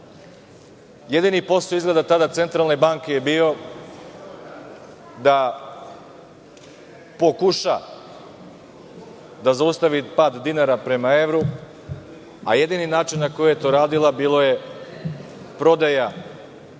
jedini posao Centralne banke tada je bio da pokuša da zaustavi pad dinara prema evru, a jedini način na koji je to radila je bio prodaja